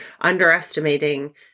underestimating